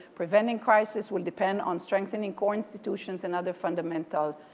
preventing crisis will depend on strengthening core institutions and other fundamentals.